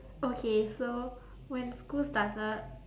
okay so when school started